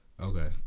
Okay